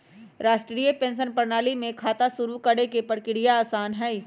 राष्ट्रीय पेंशन प्रणाली में खाता शुरू करे के प्रक्रिया आसान हई